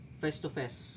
face-to-face